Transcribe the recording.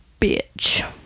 bitch